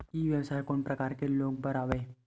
ई व्यवसाय कोन प्रकार के लोग बर आवे?